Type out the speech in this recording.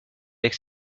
avec